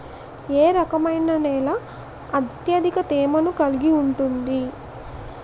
ఏ రకమైన నేల అత్యధిక తేమను కలిగి ఉంటుంది?